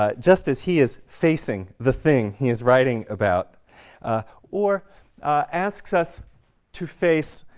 ah just as he is facing the thing he is writing about or asks us to face